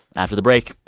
after the break.